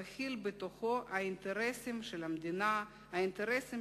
המגלם בתוכו אינטרסים של המדינה ואינטרסים